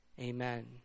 Amen